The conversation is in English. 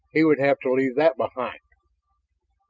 he would have to leave that behind.